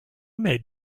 made